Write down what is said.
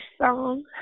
song